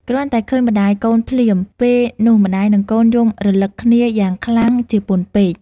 គ្រាន់តែឃើញម្ដាយកូនភ្លាម ពេលនោះម្តាយនិងកូនយំរលឹកគ្នាយ៉ាងខ្លាំងជាពន់ពេក។